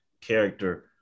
character